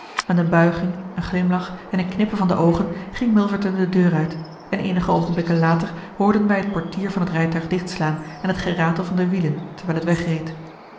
met een buiging een glimlach en een knippen van de oogen ging milverton de deur uit en eenige oogenblikken later hoorden wij het portier van het rijtuig dichtslaan en het geratel van de wielen terwijl het wegreed